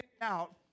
out